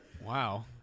Wow